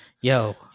Yo